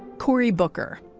cory booker,